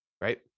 right